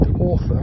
author